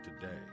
today